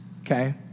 Okay